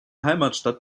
heimatstadt